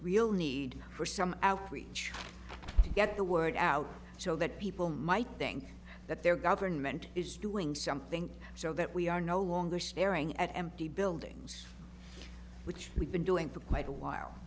real need for some outreach to get the word out so that people might think that their government is doing something so that we are no longer staring at empty buildings which we've been doing for quite a while